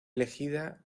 elegida